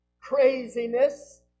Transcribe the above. craziness